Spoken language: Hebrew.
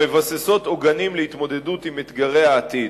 המבססות עוגנים להתמודדות עם אתגרי העתיד.